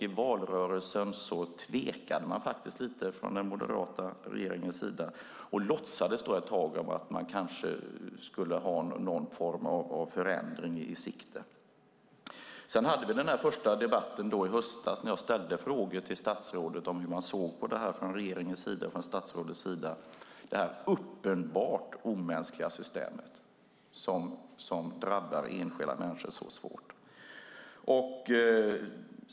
I valrörelsen tvekade man lite från den moderata regeringens sida och låtsades ett tag att man kanske skulle ha någon form av förändring i sikte. Sedan hade vi den första debatten i höstas när jag ställde frågor till statsrådet om hur man från regeringens och statsrådets sida såg på det uppenbart omänskliga systemet som drabbar enskilda människor så svårt.